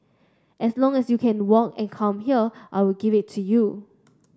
as long as you can walk and come here I will give it to you